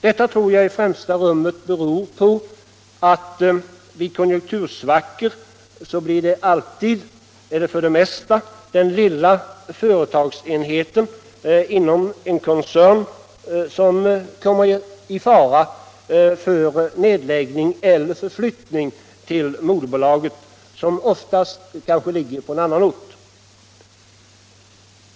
Detta tror jag i främsta rummet beror på att vid konjunktursvackor är det nästan alltid den lilla företagsenheten inom en koncern som kommer i fara för nedläggning eller förflyttning till moderbolaget, som oftast ligger på annan ort.